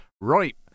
right